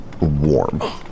warm